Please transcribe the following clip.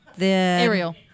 Ariel